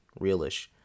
Realish